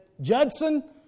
Judson